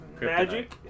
magic